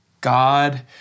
God